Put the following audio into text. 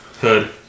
hood